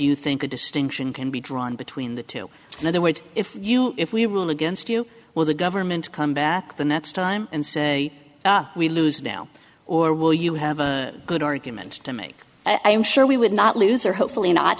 you think a distinction can be drawn between the two in other words if you if we rule against you will the government come back the next time and say we lose now or will you have a good argument to make i am sure we would not lose or hopefully not